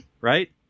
Right